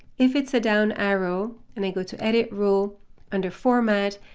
if it's a down arrow and i go to edit rule under format,